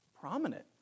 prominent